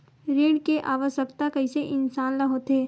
ऋण के आवश्कता कइसे इंसान ला होथे?